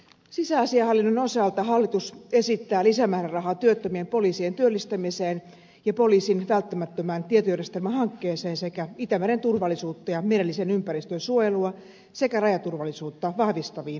sisäasiainhallinnon osalta hallitus esittää lisämäärärahaa työttömien poliisien työllistämiseen ja poliisin välttämättömään tietojärjestelmähankkeeseen sekä itämeren turvallisuutta ja merellisen ympäristön suojelua sekä rajaturvallisuutta vahvistaviin rajavartiolaitoksen investointeihin